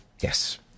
Yes